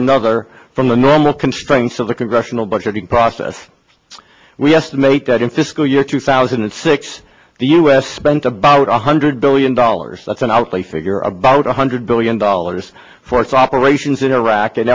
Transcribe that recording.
another from the normal constraints of the congressional budget process we estimate that in fiscal year two thousand and six the spent about one hundred billion dollars that's an outlay figure about one hundred billion dollars for its operations in iraq and